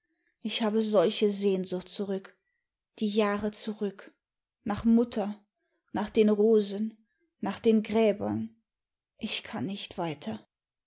ich habe solche sehnsucht zurück die jahre zurück nach mutter nach den rosen nach den gräbern ich kann nicht weiter